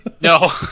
No